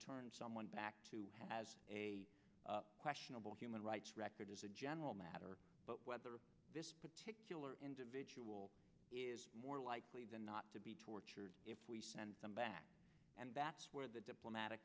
turn someone back to has a questionable human rights record as a general matter but whether a particular individual is more likely than not to be tortured if we send them back and back where the diplomatic